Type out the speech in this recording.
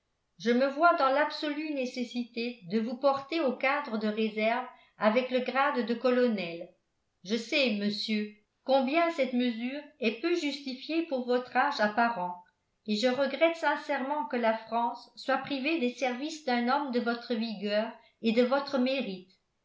je me vois dans l'absolue nécessité de vous porter au cadre de réserve avec le grade de colonel je sais monsieur combien cette mesure est peu justifiée pour votre âge apparent et je regrette sincèrement que la france soit privée des services d'un homme de votre vigueur et de votre mérite